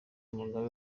mugabe